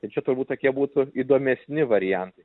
tai čia turbūt tokie būtų įdomesni variantai